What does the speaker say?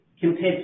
compared